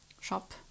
shop